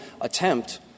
attempt